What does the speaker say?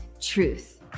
truth